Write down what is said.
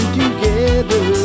together